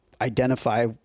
identify